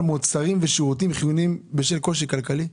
מוצרים ושירותים חיוניים בשל קושי כלכלי.